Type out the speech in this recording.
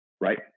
right